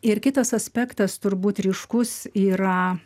ir kitas aspektas turbūt ryškus yra